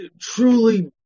truly